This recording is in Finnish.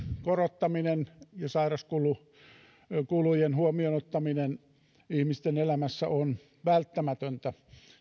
korottaminen ja sairauskulujen huomioon ottaminen ihmisten elämässä on välttämätöntä